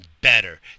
better